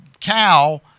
cow